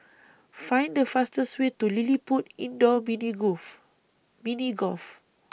Find The fastest Way to LilliPutt Indoor Mini Mini Golf